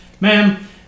Ma'am